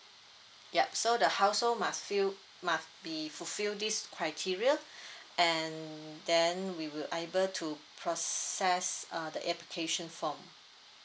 yup so the household must fill must be fulfil this criteria and then we will able to process uh the application form